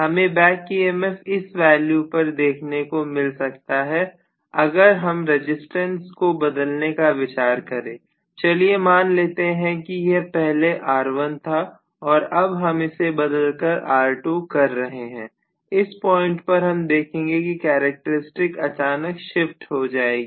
हमें back EMF इस value पर देखने को मिल सकता है अगर हम रजिस्टेंस को बदलने का विचार करें चलिए मान लेते हैं कि यह पहले R1 था और अब हम इसे बदल कर R2 कर रहे हैं इस पॉइंट पर हम देखेंगे कि कैरेक्टर स्टिक अचानक शिफ्ट हो जाएगी